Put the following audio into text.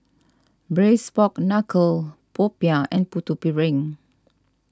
Braised Pork Knuckle Popiah and Putu Piring